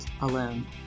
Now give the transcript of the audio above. alone